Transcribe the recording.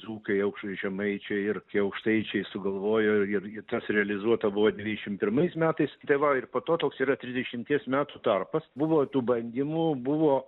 dzūkai aukšai žemaičiai ir tie aukštaičiai sugalvojo ir ir tas realizuota buvo devyšim pirmais metais tai va ir po to toks yra trisdešimties metų tarpas buvo tų bandymų buvo